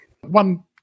One